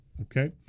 okay